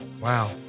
Wow